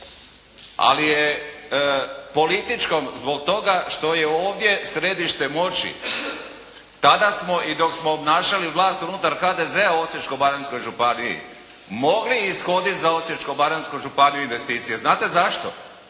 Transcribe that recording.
ali je političkom, zbog toga što je ovdje središte moći. Tada smo i dok smo obnašali vlast unutar HDZ-a u Osječko-baranjskoj županiji mogli ishoditi za Osječko-baranjsku županiju investicije. Znate zašto?